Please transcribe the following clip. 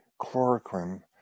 chloroquine